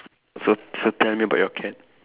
so so tell me about your cat